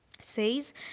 says